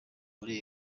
kuri